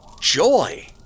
Joy